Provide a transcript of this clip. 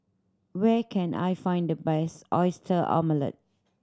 where can I find the best Oyster Omelette